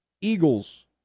Eagles